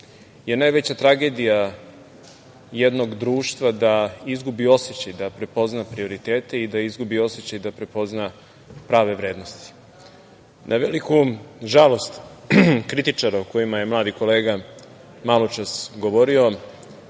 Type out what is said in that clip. je najveća tragedija jednog društva da izgubi osećaj da prepozna prioritete i da izgubi osećaj da prepozna prave vrednosti. Na veliku žalost kritičara o kojima je mladi kolega maločas govorio,